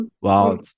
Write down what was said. Wow